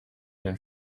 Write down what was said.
den